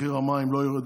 מחיר המים לא יורד,